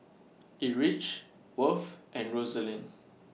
Erich Worth and Roselyn